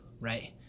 right